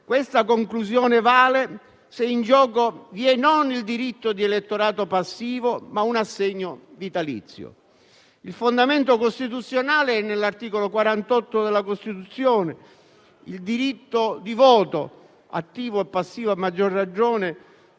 questa conclusione vale se in gioco vi è non il diritto all'elettorato passivo, ma un assegno vitalizio. Il fondamento costituzionale è nell'articolo 48 della Costituzione. Il diritto di voto, attivo e passivo, a maggior ragione,